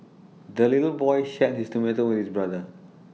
the little boy shared his tomato with his brother